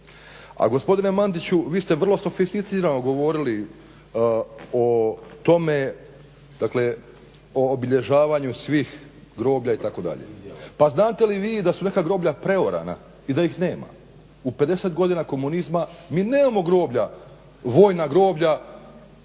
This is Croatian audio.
A gospodine Mandiću vi ste vrlo sofisticirano govorili o tome, dakle o obilježavanju svih groblja itd. Pa znate li vi da su neka groblja preorana i da ih nema. U 50 godina komunizma mi nemamo groblja, vojna groblja